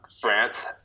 France